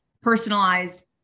personalized